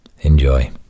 Enjoy